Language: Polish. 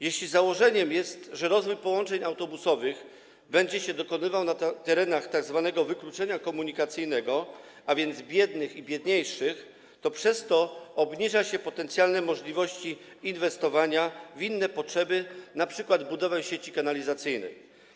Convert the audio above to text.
Jeśli założeniem jest, że rozwój połączeń autobusowych będzie się dokonywał na terenach tzw. wykluczenia komunikacyjnego, a więc biednych i biedniejszych, to przez to obniża się potencjalne możliwości inwestowania w inne potrzeby, np. budowę sieci kanalizacyjnej.